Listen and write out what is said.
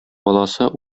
баласы